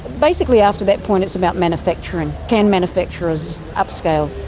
basically after that point it's about manufacturing, can manufacturers upscale.